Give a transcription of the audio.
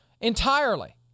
entirely